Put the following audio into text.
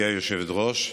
היושבת-ראש,